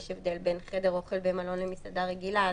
יש הבדל בין חדר אוכל במלון למסעדה רגילה,